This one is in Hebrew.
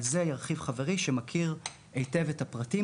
על זה ירחיב חברי שמכיר היטב את הפרטים